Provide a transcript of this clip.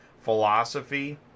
philosophy